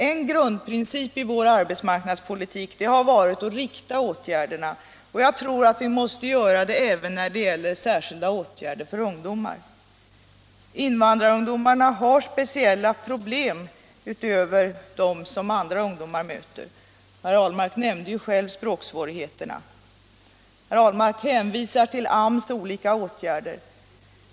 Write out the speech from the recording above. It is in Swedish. En grundprincip i vår arbetsmarknadspolitik har varit att rikta åtgär derna, och jag tror att vi måste göra det även inom ramen för särskilda åtgärder för ungdomarna. Invandrarungdomarna har speciella problem utöver dem som andra ungdomar möter. Herr Ahlmark nämnde själv språksvårigheterna. Herr Ahlmark hänvisar till AMS åtgärder.